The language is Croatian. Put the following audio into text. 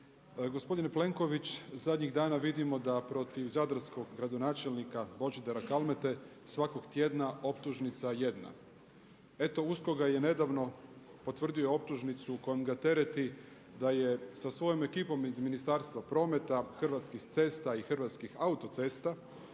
Gospodine Plenković, zadnjih dana vidimo da protiv zadarskog gradonačelnika Božidara Kalmete svakog tjedna optužnica jedna. Eto USKOK ga je nedavno potvrdi optužnicu kojom ga tereti da je sa svojom ekipom iz Ministarstva prometa, Hrvatskih cesta i Hrvatskih autocesta